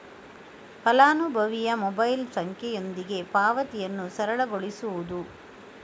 ಫಲಾನುಭವಿಯ ಮೊಬೈಲ್ ಸಂಖ್ಯೆಯೊಂದಿಗೆ ಪಾವತಿಯನ್ನು ಸರಳಗೊಳಿಸುವುದು